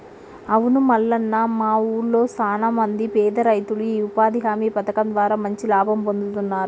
అవును మల్లన్న మా ఊళ్లో సాన మంది పేద రైతులు ఈ ఉపాధి హామీ పథకం ద్వారా మంచి లాభం పొందుతున్నారు